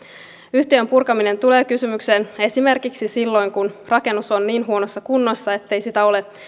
yhtiön purkaminen tulee kysymykseen esimerkiksi silloin kun rakennus on niin huonossa kunnossa ettei sitä ole